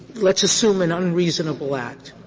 let's assume an unreasonable act,